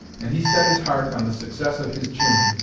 and he set his heart on the success of his chimney,